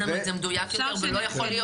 לנו את זה מדויק יותר ולא "יכול להיות"?